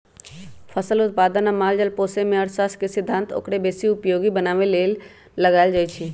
फसल उत्पादन आ माल जाल पोशेमे जे अर्थशास्त्र के सिद्धांत ओकरा बेशी उपयोगी बनाबे लेल लगाएल जाइ छइ